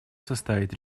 состоит